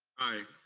aye.